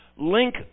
link